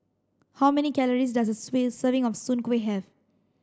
how many calories does a serving of soon Kway have